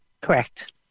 Correct